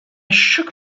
shook